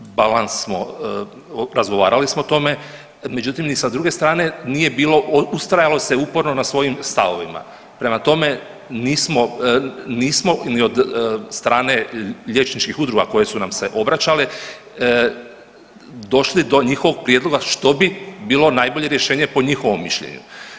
Balans smo razgovarali smo o tome, međutim ni sa druge strane nije bilo ustrajalo se uporno na svojim stavovima, prema tome nismo ni od strane liječničkih udruga koje su nam se obraćale došli do njihovog prijedloga što bi bilo najbolje rješenje po njihovom mišljenju.